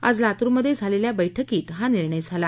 आज लातूरमधे झालेल्या बैठकीत हा निर्णय झाला